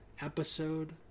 episode